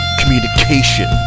communication